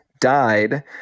died